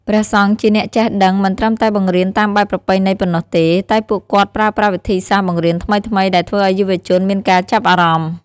ព្រះសង្ឃជាអ្នកចេះដឹងមិនត្រឹមតែបង្រៀនតាមបែបប្រពៃណីប៉ុណ្ណោះទេ តែពួកគាត់ប្រើប្រាស់វិធីសាស្ត្របង្រៀនថ្មីៗដែលធ្វើឲ្យយុវជនមានការចាប់អារម្មណ៍។